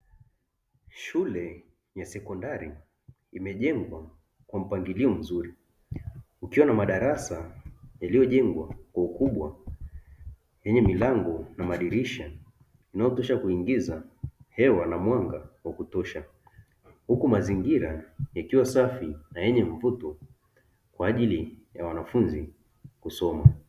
Shule ya sekondari imejengwa kwa mpangilio mzuri, ukiwa na madarasa yaliyojengwa kwa ukubwa yenye milango na madirisha unaotosha kuingiza hewa na mwanga wa kutosha. Huku mazingira yakiwa safi na yenye mvuto, kwa ajili ya wanafunzi kusoma.